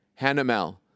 Hanamel